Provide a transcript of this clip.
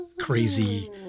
crazy